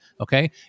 okay